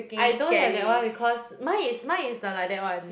I don't have that one because mine is mine is the like that one